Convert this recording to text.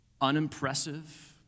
unimpressive